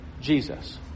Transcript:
Jesus